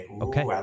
okay